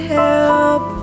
help